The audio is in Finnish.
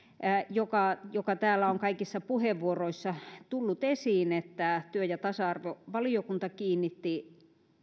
joka joka täällä on kaikissa puheenvuoroissa tullut esiin että työ ja tasa arvovaliokunta kiinnitti